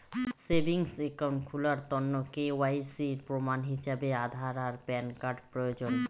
savings account খুলার তন্ন KYC এর প্রমাণ হিছাবে আধার আর প্যান কার্ড প্রয়োজন